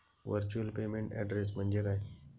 Virtual payment address म्हणजे काय?